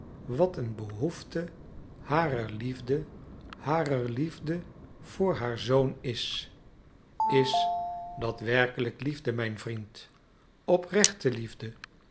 wat een behoefte harer liefde harer liefde voor haar zoon is is dat werkelijk liefde mijn vriend oprechte liefde